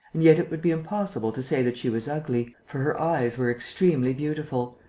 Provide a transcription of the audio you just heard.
and yet it would be impossible to say that she was ugly, for her eyes were extremely beautiful,